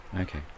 Okay